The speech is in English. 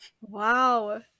Wow